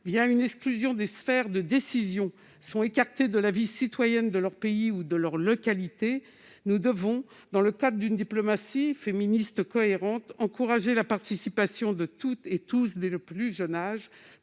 ou une exclusion des sphères de décision, sont écartées de la vie citoyenne de leur pays ou de leur localité. Nous devons, dans le cadre d'une diplomatie féministe cohérente, encourager la participation de toutes et tous, dès le plus jeune âge.